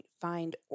find